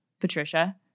Patricia